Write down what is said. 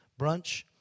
brunch